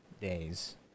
days